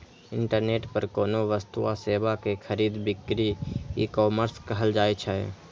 internet पर कोनो वस्तु आ सेवा के खरीद बिक्री ईकॉमर्स कहल जाइ छै